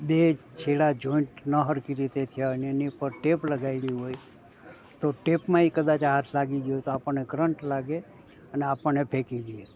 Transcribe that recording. બે જ છેડાં જોઈન્ટ ન સરખી રીતે થયા હોયને એની ઉપર ટેપ લગાવી હોય તો ટેપમાં ય કદાચ હાથ લાગી ગયો હોય તો આપણને કરંટ લાગે અને આપણને ફેંકી દે